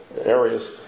areas